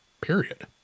period